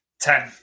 Ten